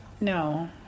No